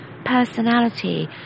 personality